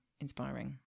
inspiring